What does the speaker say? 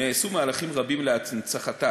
נעשו מהלכים רבים להנצחתה.